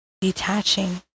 detaching